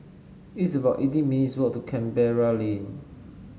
it's about eighteen minutes' walk to Canberra Lane